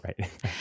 right